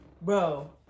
Bro